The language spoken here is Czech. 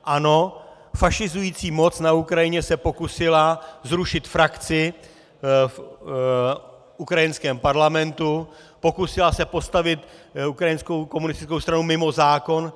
Ano, fašizující moc na Ukrajině se pokusila zrušit frakci v ukrajinském parlamentu, pokusila se postavit ukrajinskou komunistickou stranu mimo zákon.